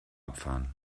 abfahren